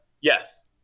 yes